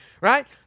right